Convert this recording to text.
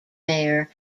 mayer